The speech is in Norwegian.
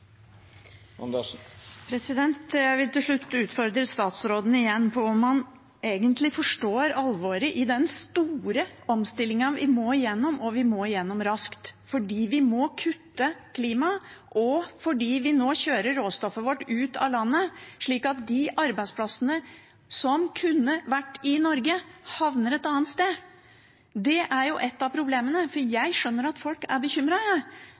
Jeg vil til slutt utfordre statsråden igjen på om han egentlig forstår alvoret i den store omstillingen vi må igjennom, og som vi må igjennom raskt, fordi vi må kutte klimagassutslippene, og fordi vi nå kjører råstoffet vårt ut av landet, slik at de arbeidsplassene som kunne vært i Norge, havner et annet sted. Det er et av problemene, for jeg skjønner at folk er